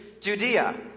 Judea